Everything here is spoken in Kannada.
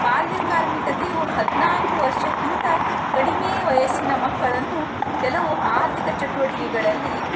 ಬಾಲಕಾರ್ಮಿಕತೆಯು ಹದಿನಾಲ್ಕು ವರ್ಷಕ್ಕಿಂತ ಕಡಿಮೆ ವಯಸ್ಸಿನ ಮಕ್ಕಳನ್ನು ಕೆಲವು ಆರ್ಥಿಕ ಚಟುವಟಿಕೆಗಳಲ್ಲಿ